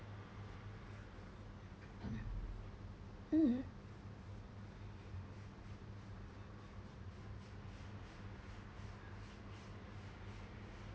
um